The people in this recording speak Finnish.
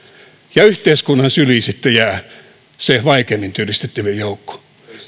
ja yhteiskunnan syliin sitten jää se vaikeimmin työllistettävien joukko